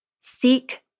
seek